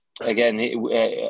Again